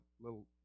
little